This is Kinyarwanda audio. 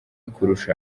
kurusha